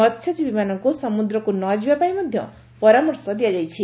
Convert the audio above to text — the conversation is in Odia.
ମହ୍ୟଜୀବୀମାନଙ୍କୁ ସମୁଦ୍ରକୁ ନ ଯିବାପାଇଁ ପରାମର୍ଶ ଦିଆଯାଇଛି